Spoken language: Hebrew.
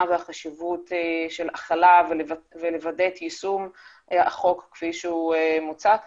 והחשיבות של ההכלה ווידוא יישום החוק כפי שמוצע,